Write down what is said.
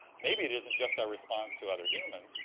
maybe it isn't just our response to other humans.